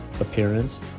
appearance